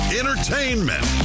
entertainment